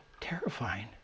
terrifying